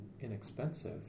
inexpensive